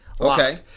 Okay